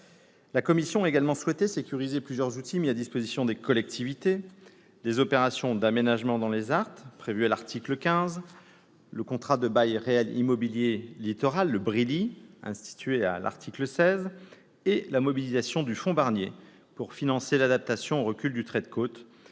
La commission a également souhaité sécuriser plusieurs outils mis à disposition des collectivités : les opérations d'aménagement dans les ZART prévues à l'article 15, le contrat de bail réel immobilier littoral, le BRILi, institué à l'article 16, et la mobilisation du fonds Barnier pour financer l'adaptation au recul du trait de côte,